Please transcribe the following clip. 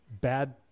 bad